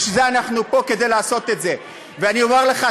בשביל זה אנחנו פה, כדי לעשות את זה, אני אומר לך.